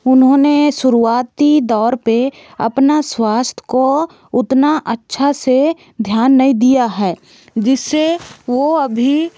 उन्होंने शुरुआती दौर पे अपना स्वास्थ्य को उतना अच्छा से ध्यान नहीं दिया है जिससे वह अभी